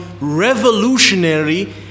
revolutionary